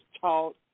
taught